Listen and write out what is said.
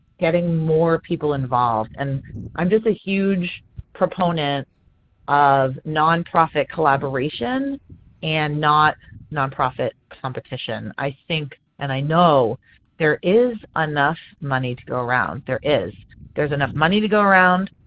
getting more people involved and i'm just a huge proponent of nonprofit collaboration and not nonprofit competition. and i think and i know there is enough money to go around there is. there's enough money to go around.